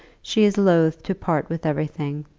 she is loth to part with everything.